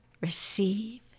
receive